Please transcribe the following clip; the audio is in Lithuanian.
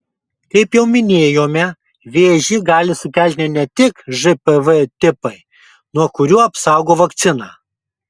kaip jau minėjome vėžį gali sukelti ne tik žpv tipai nuo kurių apsaugo vakcina